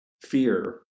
Fear